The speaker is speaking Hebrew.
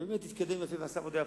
ובאמת התקדם יפה ועשה עבודה יפה.